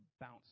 bounce